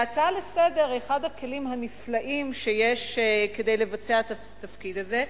ההצעה לסדר-היום היא אחד הכלים הנפלאים שיש כדי לבצע את התפקיד הזה,